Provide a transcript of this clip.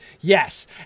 Yes